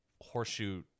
horseshoe